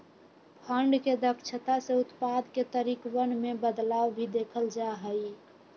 fund के दक्षता से उत्पाद के तरीकवन में बदलाव भी देखल जा हई